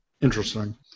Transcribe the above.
Interesting